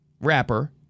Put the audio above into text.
rapper